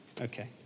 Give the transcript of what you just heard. Okay